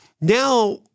Now